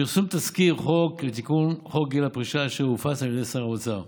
ובפרסום תזכיר חוק לתיקון חוק גיל פרישה אשר הופץ על ידי שר האוצר,